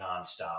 nonstop